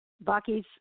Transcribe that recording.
Bucky's